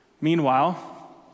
Meanwhile